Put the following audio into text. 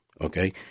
okay